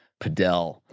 Padel